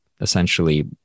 essentially